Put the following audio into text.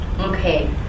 okay